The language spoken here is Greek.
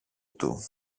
του